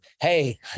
hey